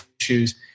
issues